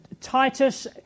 Titus